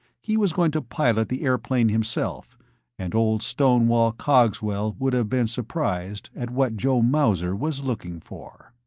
he was going to pilot the airplane himself and old stonewall cogswell would have been surprised at what joe mauser was looking for.